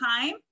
time